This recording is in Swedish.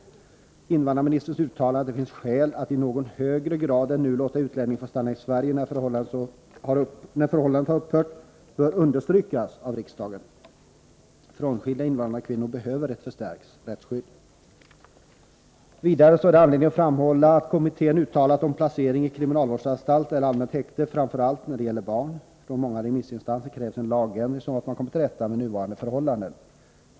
Invandrarministerns uttalande, att det finns skäl att i något högre grad än nu låta utlänningen få stånna kvar i Sverige när förhållandet har upphört, bör understrykas av riksdagen. Frånskilda invandrarkvinnor behöver ett förstärkt rättsskydd. Vi vill vidare starkt framhålla vad invandrarpolitiska kommittén uttalat om placering i kriminalvårdsanstalt eller allmänt häkte, framför allt när det gäller barn. Från många remissinstanser krävs en lagändring, så att man kommer till rätta med nuvarande förhållanden.